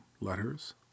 letters